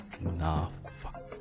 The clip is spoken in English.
enough